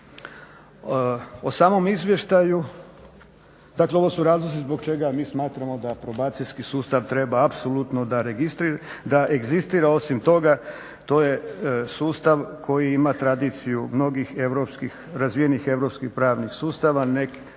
O samom izvještaju, dakle ovo su razlozi zbog čega mi smatramo da probacijski sustav treba apsolutno da egzistira. Osim toga, to je sustav koji ima tradiciju mnogih europskih, razvijenih europskih pravnih sustava. U nekim